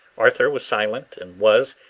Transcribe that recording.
arthur was silent, and was,